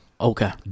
okay